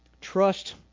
Trust